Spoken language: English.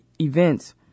events